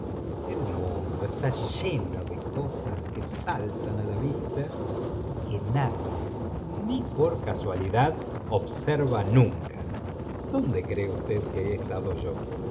el mundo eetá lleno de cosas que saltan á la vista y que nadie ni por casualidad observa nunca donde cree usted que he estado yo